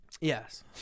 yes